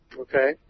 okay